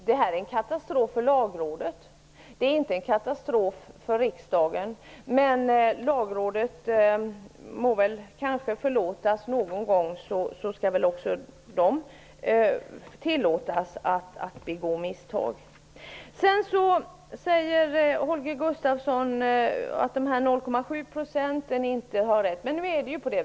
Det här är en katastrof för Lagrådet -- det är inte en katastrof för riksdagen. Men Lagrådet må väl kanske förlåtas -- Lagrådet skall väl också tillåtas att begå misstag någon gång. Holger Gustafsson sade att dessa 0,7 % inte har rätt.